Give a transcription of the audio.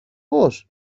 πώς